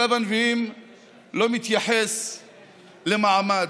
צו הנביאים לא מתייחס למעמד,